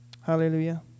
Hallelujah